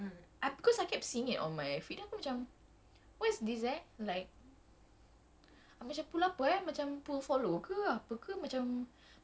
is that is that the meaning of pull like can I pull you I don't know because I keep seeing it on my feed then aku macam what's this eh like